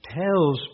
tells